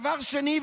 דבר שני,